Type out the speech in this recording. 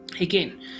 Again